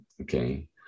Okay